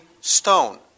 stone